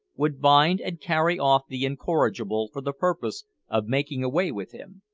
would bind and carry off the incorrigible for the purpose of making away with him.